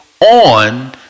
on